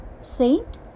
saint